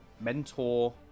mentor